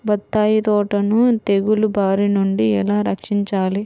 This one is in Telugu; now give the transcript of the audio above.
బత్తాయి తోటను తెగులు బారి నుండి ఎలా రక్షించాలి?